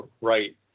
right